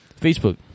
Facebook